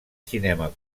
cinema